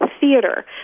theater